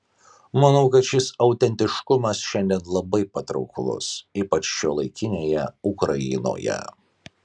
manau kad šis autentiškumas šiandien labai patrauklus ypač šiuolaikinėje ukrainoje